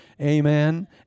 amen